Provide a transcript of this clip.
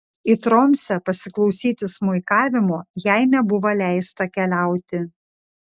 į tromsę pasiklausyti smuikavimo jai nebuvo leista keliauti